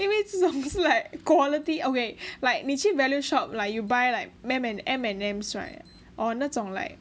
因为这种是 like quality okay like 你去 value shop like you buy like M&M right or 那种 like